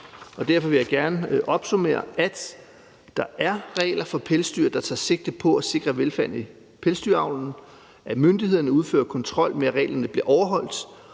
Derfor vil jeg gerne opsummere, at der er regler for pelsdyr, der tager sigte på at sikre velfærden i pelsdyravlen; at myndighederne udfører kontrol med, at reglerne bliver overholdt;